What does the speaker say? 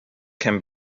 can